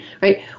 right